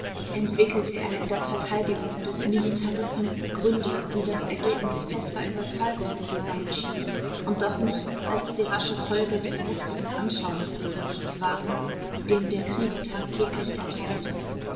entwickelte er in der verteidigung des militarismus gründe die das ergebnis fester überzeugungen zu sein schienen und doch nichts als die rasche folge des wuchtigen anschauungsunterrichts waren den der krieg tagtäglich erteilte